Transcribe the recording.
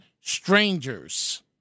strangers